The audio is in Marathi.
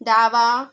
डावा